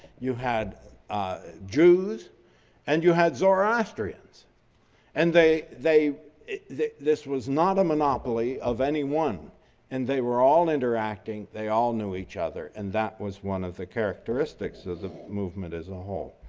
you had ah jews and you had zoroastrians and they they this was not a monopoly of anyone and they were all interacting, they all knew each other and that was one of the characteristics of the movement as a whole.